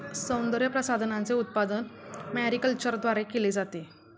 सौंदर्यप्रसाधनांचे उत्पादन मॅरीकल्चरद्वारे केले जाते